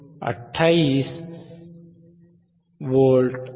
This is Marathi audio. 28V आहे